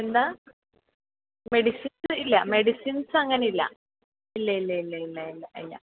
എന്താ മെഡിസിൻസ് ഇല്ല മെഡിസിൻസ് അങ്ങനെ ഇല്ല ഇല്ല ഇല്ല ഇല്ല ഇല്ല ഇല്ല ഇല്ല